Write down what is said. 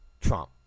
Trump